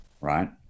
Right